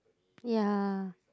ya